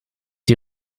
die